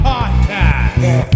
Podcast